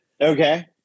Okay